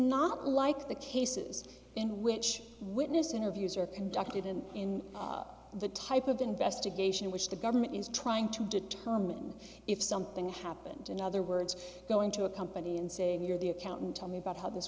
not like the cases in which witness interviews are conducted and in the type of investigation which the government is trying to determine if something happened in other words going to a company and saying you're the accountant tell me about how this